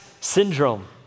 syndrome